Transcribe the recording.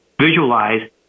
visualize